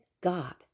God